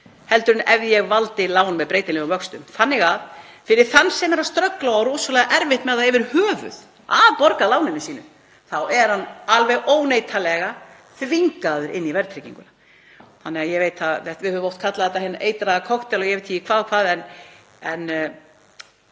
heldur en ef ég valdi lán með breytilegum vöxtum. Fyrir þann sem er að ströggla og á rosalega erfitt með það yfir höfuð að borga af láninu sínu þá er hann alveg óneitanlega þvingaður inn í verðtrygginguna. Við höfum oft kallað þetta hinn eitraða kokteil og ég veit ekki hvað og hvað, en